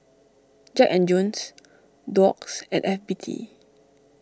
Jack and Jones Doux and F B T